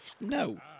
No